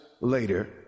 later